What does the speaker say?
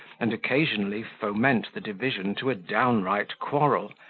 and occasionally foment the division to a downright quarrel,